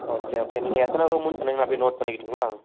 ஓ செ ஓகே நீங்கள் எத்தனை ரூமுன்னு சொன்னிங்கனா அப்படியே நோட் பண்ணிக்கிட்டுங்களா